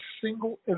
single